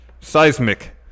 seismic